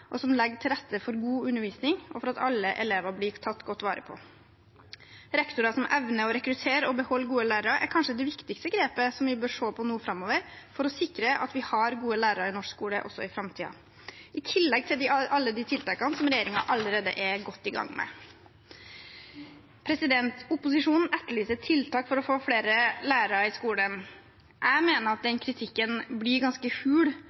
og som legger til rette for god undervisning og for at alle elever blir tatt godt vare på. Rektorer som evner å rekruttere og beholde gode lærere, er kanskje det viktigste grepet som vi bør se på nå framover, for å sikre at vi har gode lærere i norsk skole også i framtiden – i tillegg til alle de tiltakene som regjeringen allerede er godt i gang med. Opposisjonen etterlyser tiltak for å flere lærere i skolen. Jeg mener at den kritikken blir ganske